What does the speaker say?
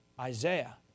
Isaiah